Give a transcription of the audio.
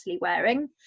wearing